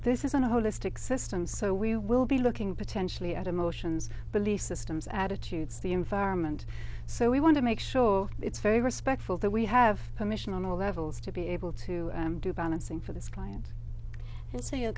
this isn't a holistic system so we will be looking potentially at emotions belief systems attitudes the environment so we want to make sure it's very respectful that we have permission on all levels to be able to do balancing for this client